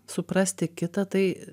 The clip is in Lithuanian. suprasti kitą tai